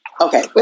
Okay